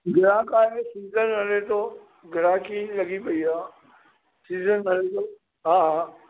ग्राहक आहे सीज़न हले थो ग्राहकी लॻी पई आहे सीज़न हले थो हा हा